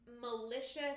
Malicious